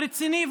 רציני,